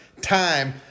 time